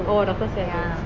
oh doctor seah and yeo